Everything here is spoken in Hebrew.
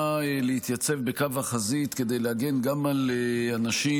להתייצב בקו החזית כדי להגן גם על אנשים